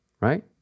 right